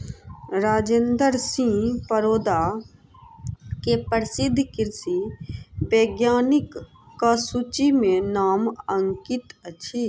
राजेंद्र सिंह परोदा के प्रसिद्ध कृषि वैज्ञानिकक सूचि में नाम अंकित अछि